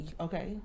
Okay